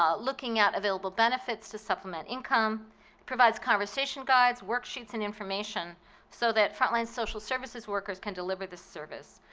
um looking at available benefits to supplement income. it provides conversation guides, work sheets and information so that frontline social services workers can deliver the service.